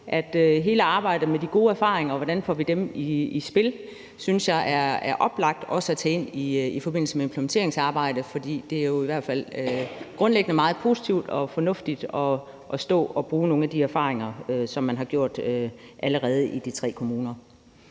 hele arbejdet med de gode erfaringer, og hvordan vi får dem i spil, ind i forbindelse med implementeringsarbejdet, for det er jo i hvert fald grundlæggende meget positivt og fornuftigt at bruge nogle af de erfaringer, som man allerede har gjort i de tre kommuner.